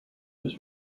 was